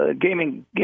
gaming